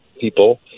people